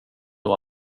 nog